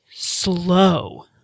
slow